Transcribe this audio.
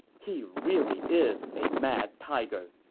he really is a mad tiger.